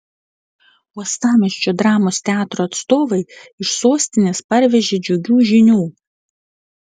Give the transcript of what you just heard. uostamiesčio dramos teatro atstovai iš sostinės parvežė džiugių žinių